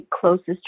closest